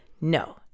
no